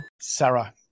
Sarah